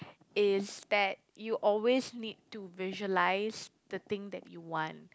is that you always need to visualize the thing that you want